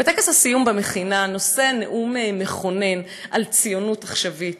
שבטקס הסיום במכינה נושא נאום מכונן על ציונות עכשווית,